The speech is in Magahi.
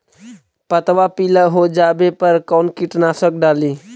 पतबा पिला हो जाबे पर कौन कीटनाशक डाली?